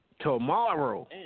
Tomorrow